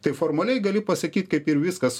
tai formaliai gali pasakyt kaip ir viskas